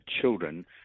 children